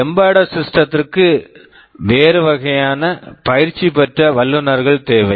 embedded சிஸ்டத்திற்கு embedded system வேறு வகையான பயிற்சி பெற்ற வல்லுநர்கள் தேவை